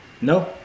No